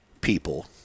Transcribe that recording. people